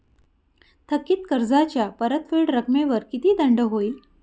थकीत कर्जाच्या परतफेड रकमेवर किती दंड होईल?